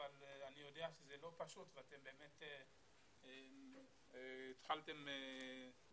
אבל אני יודע שזה לא פשוט ואתם באמת התחלתם לאט